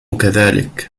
كذلك